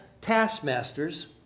taskmasters